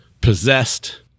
possessed